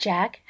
Jack